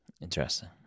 Interesting